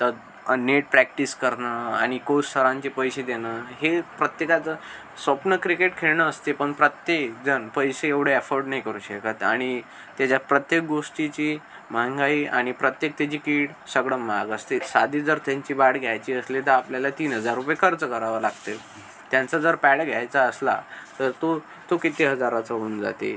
तद् अ net practice करणं आणि कोर्स सरांचे पैसे देणं हे प्रत्येकाचं स्वप्न क्रिकेट खेळणं असते पण प्रत्येकजण पैसे एवढे अॅफोर्ड नाही करू शकत आणि त्याच्या प्रत्येक गोष्टीची महंगाई आणि प्रत्येक त्याची किट सगळं महाग असते साधी जर त्यांची बॅट घ्यायची असली तर आपल्याला तीन हजार रुपये खर्च करावं लागते त्यांचा जर पॅड घ्यायचा असला तर तो तो किती हजाराचा होऊन जाते